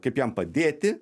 kaip jam padėti